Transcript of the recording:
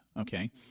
okay